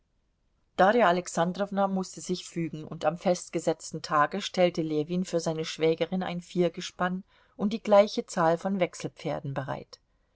darja alexandrowna mußte sich fügen und am festgesetzten tage stellte ljewin für seine schwägerin ein viergespann und die gleiche zahl von wechselpferden bereit